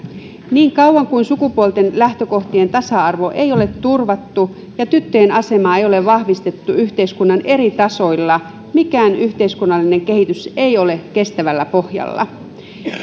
niin kauan kuin sukupuolten lähtökohtien tasa arvo ei ole turvattu ja tyttöjen asemaa ei ole vahvistettu yhteiskunnan eri tasoilla mikään yhteiskunnallinen kehitys ei ole kestävällä pohjalla